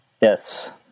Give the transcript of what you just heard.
Yes